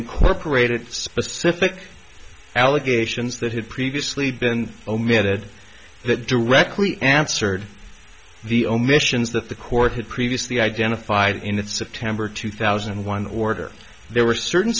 incorporated specific allegations that had previously been omitted that directly answered the omissions that the court had previously identified in that september two thousand and one order there were certain